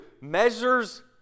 measures